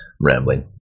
rambling